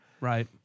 Right